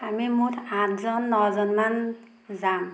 আমি মুঠ আঠজন নজনমান যাম